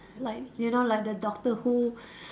like you know like the Doctor Who